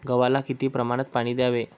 गव्हाला किती प्रमाणात पाणी द्यावे?